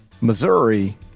Missouri